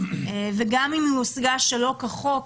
גם אם היא הושגה שלא כחוק,